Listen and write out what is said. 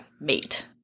mate